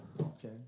okay